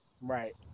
Right